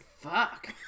fuck